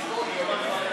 אתה מדבר,